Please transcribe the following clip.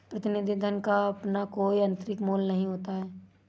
प्रतिनिधि धन का अपना कोई आतंरिक मूल्य नहीं होता है